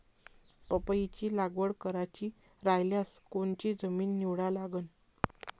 पपईची लागवड करायची रायल्यास कोनची जमीन निवडा लागन?